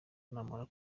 namara